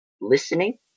listening